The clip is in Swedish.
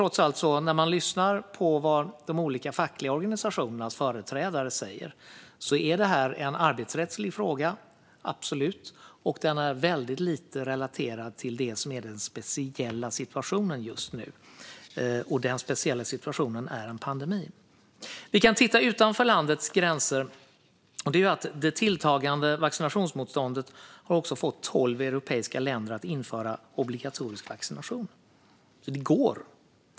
Om man lyssnar på vad de olika fackliga organisationernas företrädare säger är det en arbetsrättslig fråga, och frågan är lite relaterad till det som är den speciella situationen just nu. Den speciella situationen är en pandemi. Låt oss titta utanför landets gränser. Det tilltagande vaccinationsmotståndet har fått tolv europeiska länder att införa obligatorisk vaccination. Det går!